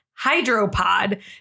hydropod